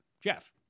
Jeff